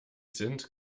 sind